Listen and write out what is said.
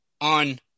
on